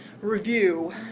review